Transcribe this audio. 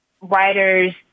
writers